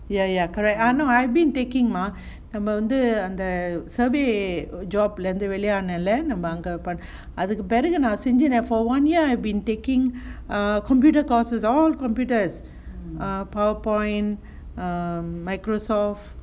ya ya correct ah no I've been taking மா நம்ம வந்து அந்த:maa namma vanthu antha survey job இருந்து வெளியாநல்ல நம்ம அங்க அதுக்கு பிறகு நான்:irunthu veliyaanalla namma anga athukku pirahu for one year I've been taking a computer courses all computers err powerpoint um microsoft